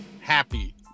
happy